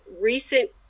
recent